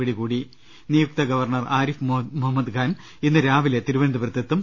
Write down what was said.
പിടികൂടി നിയുക്ത ഗവർണർ ആരിഫ് മുഹമ്മദ് ഖാൻ ഇന്ന് രാവിലെ തിരുവനന്തപുര ത്തെത്തും